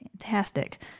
Fantastic